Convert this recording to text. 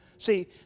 See